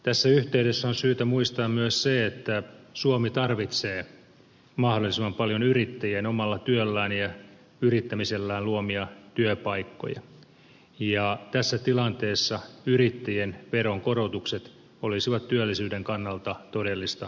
tässä yhteydessä on syytä muistaa myös se että suomi tarvitsee mahdollisimman paljon yrittäjien omalla työllään ja yrittämisellään luomia työpaikkoja ja tässä tilanteessa yrittäjien veronkorotukset olisivat työllisyyden kannalta todellista myrkkyä